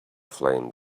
flame